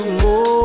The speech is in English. more